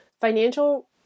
financial